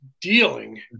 dealing